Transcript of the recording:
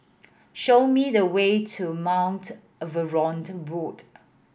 show me the way to Mount Road